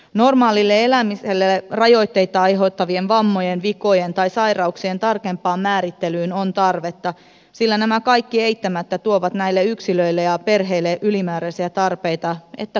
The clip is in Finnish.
normaalille elämiselle rajoitteita ai heuttavien vammojen vikojen tai sairauksien tarkempaan määrittelyyn on tarvetta sillä nämä kaikki eittämättä tuovat yksilöille ja perheille ylimääräisiä tarpeita ja kustannuksia